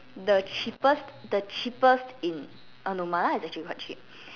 the cheapest the cheapest in uh no my one is actually quite cheap